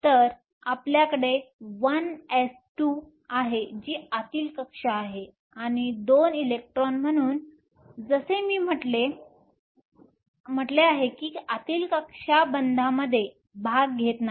तर आपल्याकडे 1s2 आहे जी आतील कक्षा आहे आणि 2 इलेक्ट्रॉन म्हणून जसे मी म्हटले आहे की आतील कक्षा बंधामध्ये भाग घेत नाही